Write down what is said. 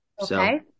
Okay